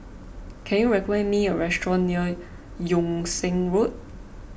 can you recommend me a restaurant near Yung Sheng Road